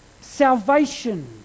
Salvation